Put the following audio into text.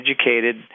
educated